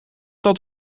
dat